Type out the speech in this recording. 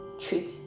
treat